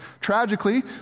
Tragically